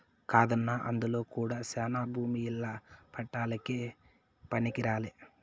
కాదన్నా అందులో కూడా శానా భూమి ఇల్ల పట్టాలకే పనికిరాలే